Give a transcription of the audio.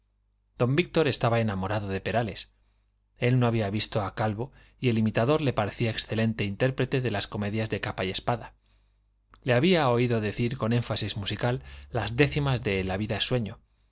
don víctor estaba enamorado de perales él no había visto a calvo y el imitador le parecía excelente intérprete de las comedias de capa y espada le había oído decir con énfasis musical las décimas de la vida es sueño